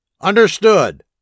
Understood